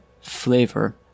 flavor